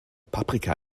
paprika